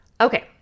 Okay